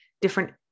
different